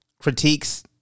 critiques